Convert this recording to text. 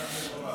צעד מבורך.